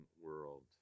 world